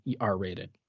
r-rated